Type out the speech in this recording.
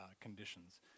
conditions